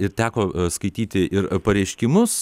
ir teko skaityti ir pareiškimus